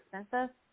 expensive